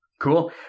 Cool